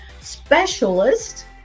specialist